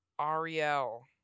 Ariel